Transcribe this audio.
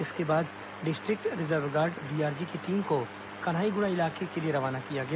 इसके बाद district reserve guard DRG की टीम को कन्हाईगुड़ा इलाके के लिए रवाना किया गया